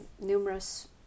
numerous